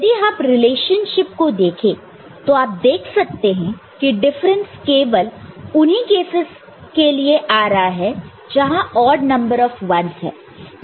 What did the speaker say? यदि आप रिलेशनशिप को देखें तो आप देख सकते हैं कि डिफरेंस केवल उन्हीं केसस लिए आ रहा है जहां ऑड नंबर ऑफ 1's है